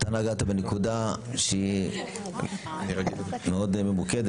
אתה נגעת בנקודה מאוד ממוקדת.